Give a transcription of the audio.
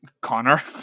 Connor